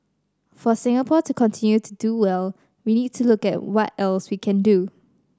for Singapore to continue to do well we need to look at what else we can do